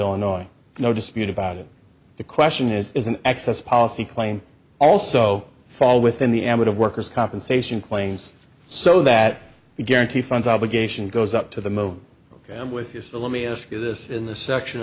illinois no dispute about it the question is is an excess policy claim also fall within the ambit of workers compensation claims so that the guarantee funds obligation goes up to the most ok i'm with you so let me ask you this in the section